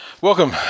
Welcome